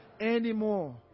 anymore